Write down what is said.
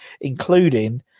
including